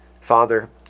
father